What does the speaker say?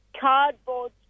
cardboard